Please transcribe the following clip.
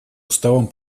уставом